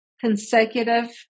consecutive